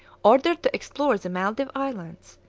ordered to explore the maldive islands,